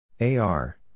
AR